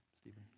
Stephen